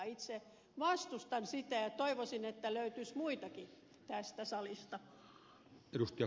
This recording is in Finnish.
itse vastustan sitä ja toivoisin että löytyisi muitakin tästä salista